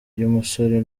y’umusore